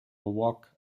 uoc